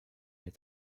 est